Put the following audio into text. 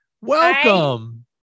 Welcome